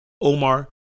Omar